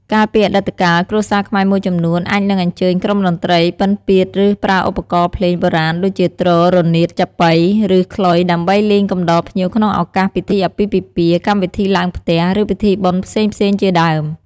កាលពីអតីតកាល គ្រួសារខ្មែរមួយចំនួនអាចនឹងអញ្ជើញក្រុមតន្ត្រីពិណពាទ្រ ឬ ប្រើឧបករណ៍ភ្លេងបុរាណដូចជា ទ្រ រនាថ ចាបុី ឬ ខ្លុយ ដើម្បីលេងកំដរភ្ញៀវក្នុងឱកាស ពិធីអាពាហ៍ពិពាហ៍ កម្មវិធីឡើងផ្ទះ ឬពិធីបុណ្យផ្សេងៗជាដើម។